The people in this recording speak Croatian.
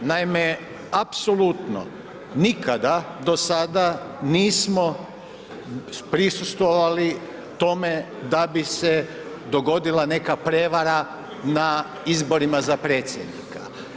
Naime, apsolutno nikada do sada nismo prisustvovali tome da bi se dogodila neka prevara na izborima za predsjednika.